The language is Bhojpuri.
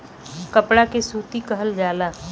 कपड़ा के सूती कहल जाला